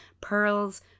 pearls